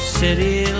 city